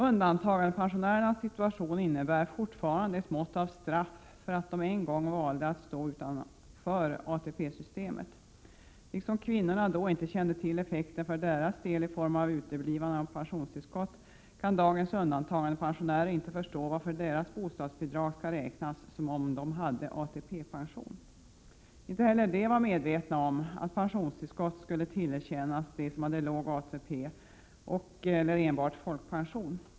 Undantagandepensionärernas situation innebär fortfarande ett mått av straff för att de en gång valde att stå utanför ATP-systemet. Liksom kvinnorna då inte kände till effekten för deras del i form av uteblivet pensionstillskott kan dagens undantagandepensionärer inte förstå varför deras bostadsbidrag skall beräknas som om de hade ATP-pension. Inte heller de var medvetna om att pensionstillskott skulle tillerkännas dem som hade låg ATP eller enbart folkpension.